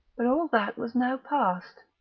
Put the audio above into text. but all that was now past.